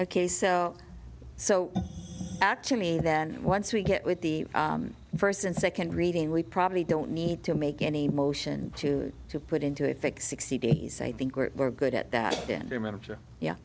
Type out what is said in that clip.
ok so so actually than once we get with the first and second reading we probably don't need to make any motion to to put into effect sixty days i think we're good at that